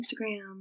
Instagram